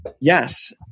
Yes